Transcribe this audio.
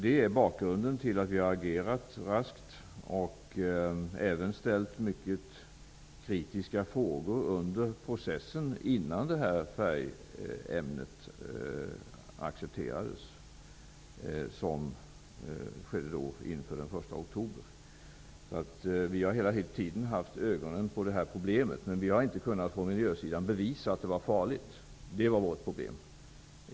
Det är bakgrunden till att vi har agerat raskt och även ställt mycket kritiska frågor under processens gång innan färgämnet accepterades den 1 oktober. Vi har hela tiden haft ögonen på problemet, men vi har inte på miljösidan kunnat bevisa att ämnet är farligt. Det var vårt problem.